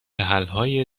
حلهای